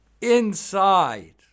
Inside